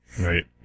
Right